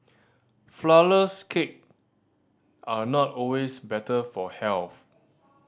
flourless cake are not always better for health